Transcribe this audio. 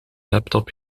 laptop